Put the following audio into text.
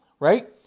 Right